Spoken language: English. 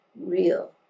real